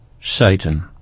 Satan